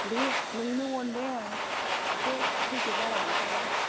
दे नोंनो अनबाय आं एसे सैसे बारा हरफानोसै आं